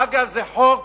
אגב, זה חוק